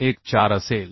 14 असेल